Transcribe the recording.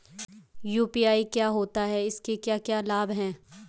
UPI क्या होता है इसके क्या क्या लाभ हैं?